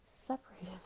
separated